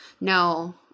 No